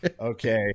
Okay